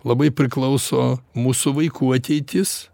labai priklauso mūsų vaikų ateitis